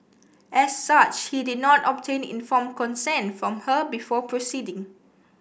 as such he did not obtain informed consent from her before proceeding